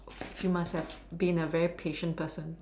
you must have been a very patient person